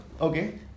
okay